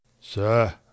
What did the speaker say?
sir